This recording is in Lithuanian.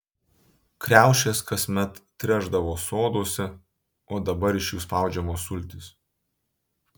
kriaušės kasmet trešdavo soduose o dabar iš jų spaudžiamos sultys